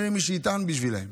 לא יהיה מי שיטען בשבילם.